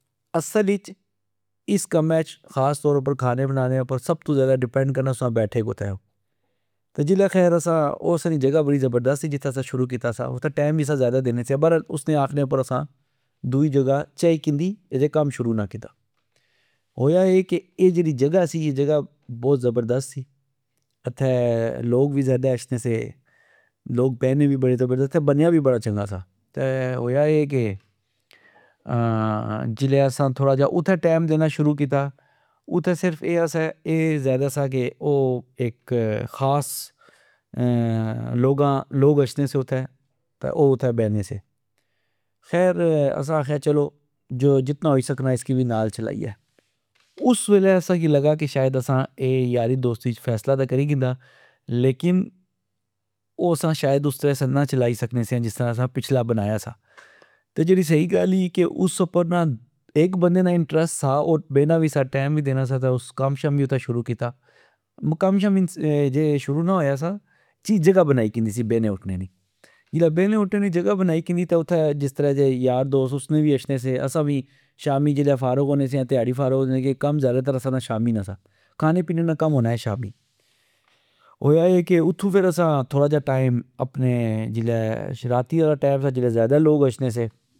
اصل اچ اس کمہز خاص طور اپر کھانے پکانے اپر سب تو ذئدہ ڈیپینڈ کرنا تسا بیٹھے کتھہ او ۔تہ جلہ خیر اسا او اسا نی جگہ بڑی ذبردست سی جتھہ اسا شروع کیتا سااتھہ ٹئم وی اسا ذئدہ دینے سیا خیر اسنے آکھنے اپر اسا دؤئی جگہ چائی کندی ،اجے کم شرعو نا کیتا ۔ہویا اے کہ اے جیڑی جگہ سی اے جگہ بوت زبردست سی۔ اتھہ لوک وی ذئدہ اشنے سے ۔لوک بینے وی بڑے زبردست سے ۔بنیا وی بڑا چنگا سا ۔ہویا اے کہ جلہ اسا تھوڑا جا اتھہ ٹئم دینا شروع کیتا اتھہ صرف اے ذئدا سا کہ او اک خاص لوگا لوگ اچھنے سے تہ او اتھہ بینے سے ۔خیر اسا آکھیا جتنا ہوئی سکنا اسکی وی نال چلائیہ ۔اس الہ اسا کی لگا کہ اے اسا یوری دوستی اچ فیصلہ تہ کری کندا لیکن او اسا شائد اس طرع اسا نا چلائی سکنے سیا جسرہ اسا پچھلا بنایا سا ۔تہ جیڑی سئی گل ای اس اپر نا اک بندے نا انٹرسٹ سا اور بینا وی سا ٹئم وی دینا سا تہ کم شم وی شروع کیتا ۔کم شم اجے شروع نا ہویا سا ،چیز جگہ بنائی کندی سی بینے اٹھنے نی ۔جلہ بینے اٹھنے نی جگہ بنائی کندی تہ اتھہ یار دوست اسنے وی اچھنے سے اسا وی شامی جس الہ فارغ ہونے سیا تیاڑی ہونے سیا کیاکہ کم ذئدہ تر اسا نا شامی نا سا کھانے پینے نا کم ہونا اے شامی ۔ہویا اے کہ اتھو اسا تھوڑا جا ٹئم اپنے جلہ راتی آلا ٹئم سا جلہ ذئدہ لوک اچھنے سے